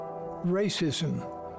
racism